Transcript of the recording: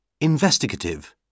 Investigative